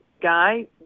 guy